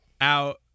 out